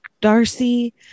Darcy